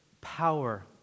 power